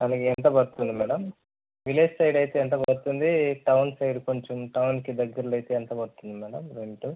అలాగే ఎంత పడుతుంది మేడం విలేజ్ సైడ్ అయితే ఎంత పడుతుంది టౌన్ సైడ్ కొంచెం టౌన్కి దగ్గరలో అయితే ఎంత పడుతుంది మేడం రెంటు